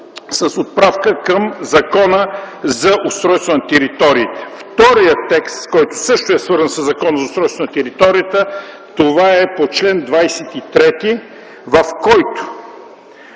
с отпратка към Закона за устройство на териториите. Вторият текст, който също е свързан със Закона за устройство на територията, това е по чл. 23, в който